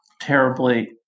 terribly